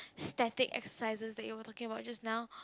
static exercises that you were talking about just now